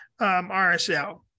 RSL